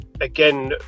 again